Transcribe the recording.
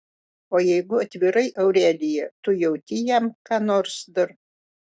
o jeigu atvirai aurelija tu jauti jam ką nors dar